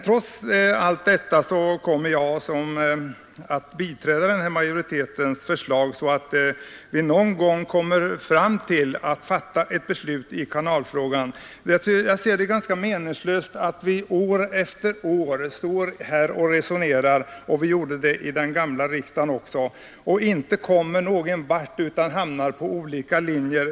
Trots allt detta kommer jag att biträda utskottsmajoritetens förslag för att vi någon gång skall komma fram till ett beslut i kanalfrågan. Jag ser det som ganska meningslöst att vi år efter år står här och resonerar om denna sak. Även i den gamla riksdagen gjorde vi det. Vi kom då inte någon vart, utan hamnade på olika linjer.